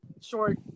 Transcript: short